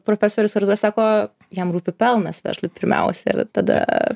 profesorius artūras sako jam rūpi pelnas verslui pirmiausia ir tada